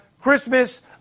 Christmas